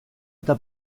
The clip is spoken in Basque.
eta